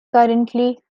currently